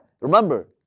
Remember